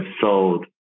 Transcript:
sold